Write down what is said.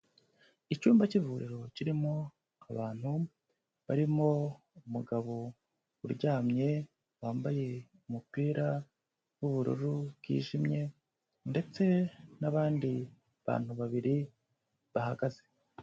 Icyumba cy'ivuriro kirimo abantu, barimo umugabo uryamye wambaye umupira w'ubururu bwijimye ndetse n'abandi bantu babiri bahagaze.